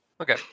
Okay